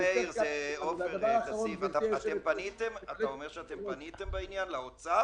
אתם פניתם בעניין למשרד אוצר?